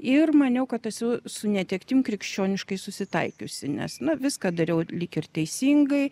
ir maniau kad esu su netektim krikščioniškai susitaikiusi nes na viską dariau lyg ir teisingai